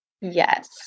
Yes